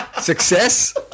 Success